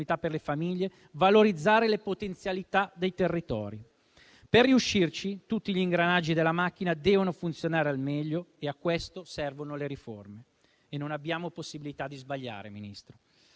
per le famiglie e valorizzare le potenzialità dei territori. Per riuscirci, tutti gli ingranaggi della macchina devono funzionare al meglio e a questo servono le riforme. Signor Ministro, non abbiamo possibilità di sbagliare.